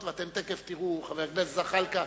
חבר הכנסת זחאלקה,